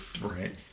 Right